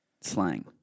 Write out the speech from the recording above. slang